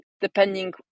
depending